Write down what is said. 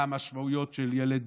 מה המשמעויות של ילד